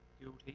guilty